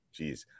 Jeez